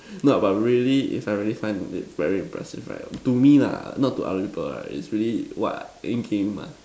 no but really if I really find it very impressive right to me lah not to other people right it's really what endgame ah